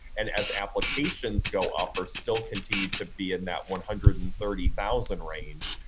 and as applications go up or still continue to be in that one hundred and thirty thousand range,